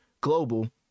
global